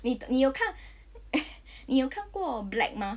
你你有看 你有看过 black mah